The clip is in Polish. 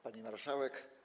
Pani Marszałek!